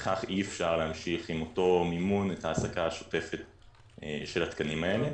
לפיכך אי אפשר להמשיך באותו מימון את ההעסקה השוטפת של התקנים הללו.